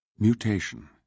Mutation